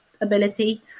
ability